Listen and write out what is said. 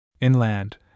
Inland